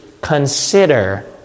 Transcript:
consider